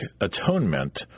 atonement